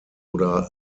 oder